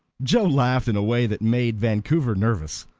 joe laughed in a way that made vancouver nervous.